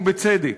ובצדק.